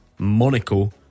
Monaco